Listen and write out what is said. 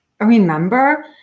remember